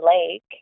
Lake